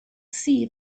see